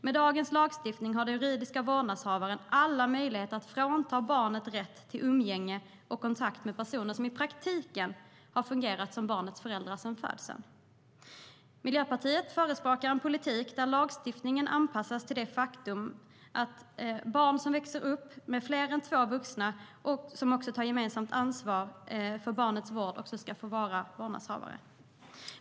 Med dagens lagstiftning har de juridiska vårdnadshavarna alla möjligheter att frånta barnet dess rätt till umgänge och kontakt med personer som i praktiken har fungerat som barnets föräldrar sedan barnet föddes. Miljöpartiet förespråkar en politik där lagstiftningen anpassas till det faktum att barn som växer upp med fler än två vuxna som gemensamt tar ansvar för barnets vård också ska få dem som vårdnadshavare.